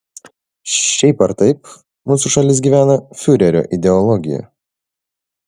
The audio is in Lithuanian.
šiaip ar taip mūsų šalis gyvena fiurerio ideologija